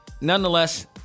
nonetheless